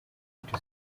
kugira